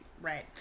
right